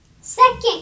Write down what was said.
Second